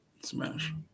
Smash